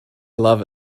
love